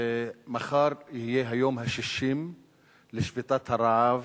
מחר יהיה היום ה-60 לשביתת הרעב